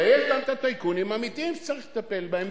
ויש גם הטייקונים האמיתיים שצריך לטפל בהם,